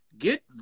Get